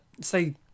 say